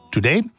Today